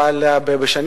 אבל בשנים